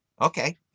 Okay